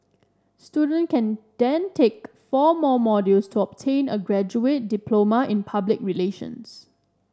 students can then take four more modules to obtain a graduate diploma in public relations